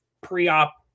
pre-op